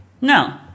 No